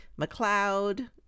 McLeod